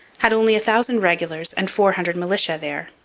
had only a thousand regulars and four hundred militia there.